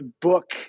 book